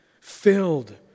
filled